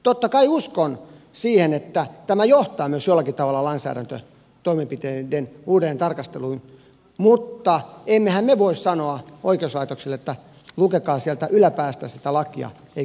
totta kai uskon siihen että tämä johtaa myös jollakin tavalla lainsäädäntötoimenpiteiden uudelleen tarkasteluun mutta emmehän me voi sanoa oikeuslaitokselle että lukekaa sieltä yläpäästä sitä lakia älkääkä alapäästä